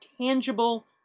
tangible